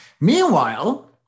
Meanwhile